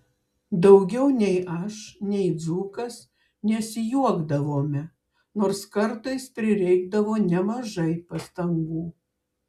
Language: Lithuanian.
daugiau nei aš nei dzūkas nesijuokdavome nors kartais prireikdavo nemažai pastangų